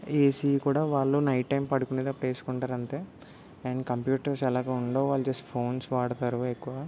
AC కూడా వాళ్ళు night time పడుకునేతప్పుడు వేసుకుంటారంతే అండ్ కంప్యూటర్స్ ఎలాగో ఉండవు వాళ్ళు జెస్ట్ ఫోన్స్ వాడతారు ఎక్కువ